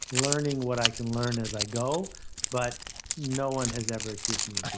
learning what i can learn as i go but no one has ever accused me like